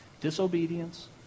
Disobedience